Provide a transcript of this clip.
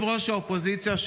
ראש האופוזיציה,